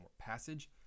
passage